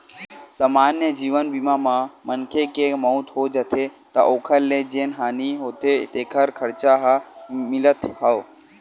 समान्य जीवन बीमा म मनखे के मउत हो जाथे त ओखर ले जेन हानि होथे तेखर खरचा ह मिलथ हव